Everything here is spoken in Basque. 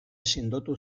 sendotu